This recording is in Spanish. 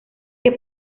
que